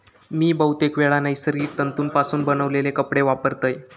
मी बहुतेकवेळा नैसर्गिक तंतुपासून बनवलेले कपडे वापरतय